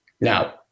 Now